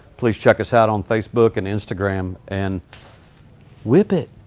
please check us out on facebook and instagram and whip it.